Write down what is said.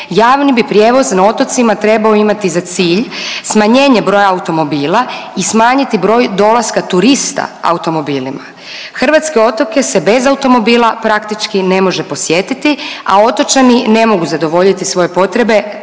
javni bi prijevoz na otocima trebao imati za cilj smanjenje broja automobila i smanjiti broj dolaska turista automobilima. Hrvatske otoke se bez automobila praktički ne može posjetiti, a otočani ne mogu zadovoljiti svoje potrebe